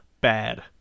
bad